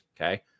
Okay